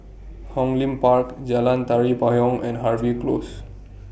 Hong Lim Park Jalan Tari Payong and Harvey Close